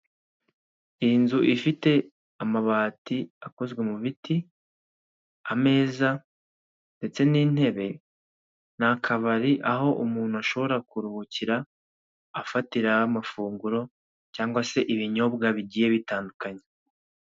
Inzu fite amabati akozwe mu biti ameza ndetse n'intebe, ni akabari aho umuntu ashobora kuruhukira, afatira amafunguro, cyangwa se ibinyobwa bigiye bitandukanye.